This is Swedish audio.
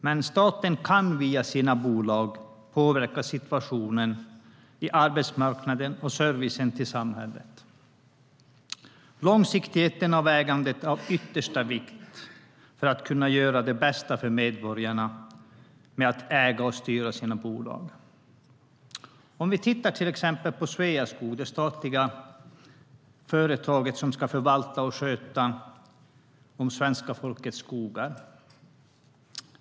Men staten kan via sina bolag påverka situationen på arbetsmarknaden och servicen till samhället. Långsiktighet i ägandet är av yttersta vikt för att staten ska kunna göra det bästa för medborgarna i fråga om att äga och styra sina bolag. Titta till exempel på Sveaskog, det statliga företag som ska förvalta och sköta om svenska folkets skogar.